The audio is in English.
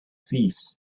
thieves